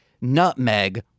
nutmeg